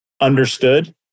understood